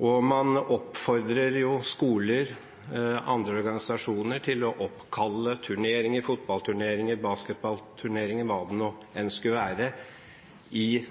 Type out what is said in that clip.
og man oppfordrer skoler og andre organisasjoner til å oppkalle fotballturneringer, basketballturneringer og hva det enn skulle være, i